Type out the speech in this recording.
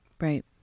Right